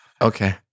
Okay